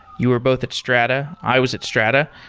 you were both at strata. i was at strata.